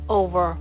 over